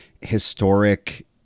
historic